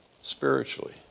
spiritually